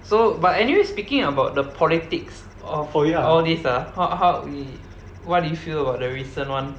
so but anyway speaking about the politics of all this ah how how 你 what do you feel about the recent one